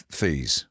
fees